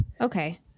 Okay